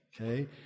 okay